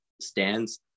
stands